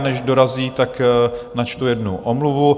Než dorazí, načtu jednu omluvu.